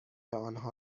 آنها